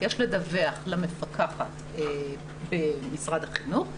יש לדווח למפקחת במשרד החינוך.